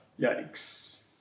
Yikes